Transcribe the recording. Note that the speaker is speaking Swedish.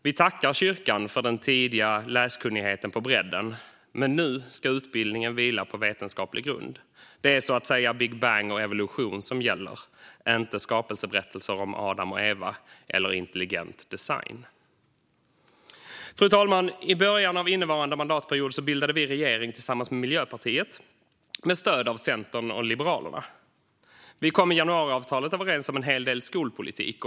Vi tackar kyrkan för den tidiga läskunnigheten på bredden. Men nu ska utbildningen vila på vetenskaplig grund. Det är så att säga big bang och evolution som gäller, inte skapelseberättelser om Adam och Eva eller intelligent design. Fru talman! I början av innevarande mandatperiod bildade vi regering tillsammans med Miljöpartiet med stöd av Centern och Liberalerna. Vi kom i januariavtalet överens om en hel del skolpolitik.